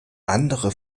andere